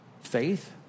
faith